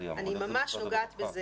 אני ממש נוגעת בזה